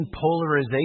polarization